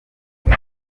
hose